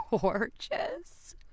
gorgeous